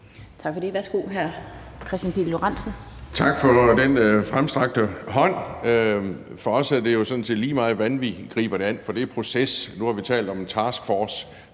Pihl Lorentzen. Kl. 11:33 Kristian Pihl Lorentzen (V): Tak for den fremstrakte hånd. For os er det jo sådan set lige meget, hvordan vi griber det an, for det er proces. Nu har vi talt om en taskforce,